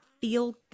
feel